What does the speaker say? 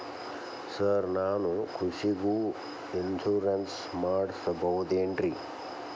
Sir ನಾನು ಕೃಷಿಗೂ insurance ಮಾಡಸಬಹುದೇನ್ರಿ?